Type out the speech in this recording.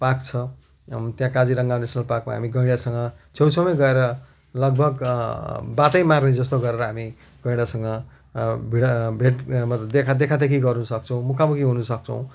park छ त्यहाँ Kaziranga national पार्कमा हामी गैँडासँग छेउ छेउमै गएर लगभग बातै मारे जस्तो गरेर हामी गैँडासँग भिड भेट मतलब देखा देखी गर्न सक्छौँ मुखा मुखी हुन सक्छौँ